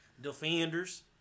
Defenders